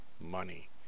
money